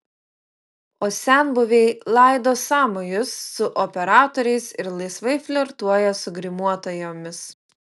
o senbuviai laido sąmojus su operatoriais ir laisvai flirtuoja su grimuotojomis